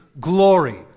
glory